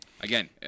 again